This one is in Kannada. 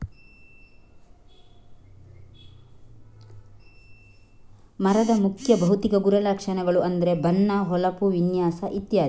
ಮರದ ಮುಖ್ಯ ಭೌತಿಕ ಗುಣಲಕ್ಷಣಗಳು ಅಂದ್ರೆ ಬಣ್ಣ, ಹೊಳಪು, ವಿನ್ಯಾಸ ಇತ್ಯಾದಿ